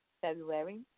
February